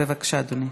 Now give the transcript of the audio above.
בבקשה, אדוני.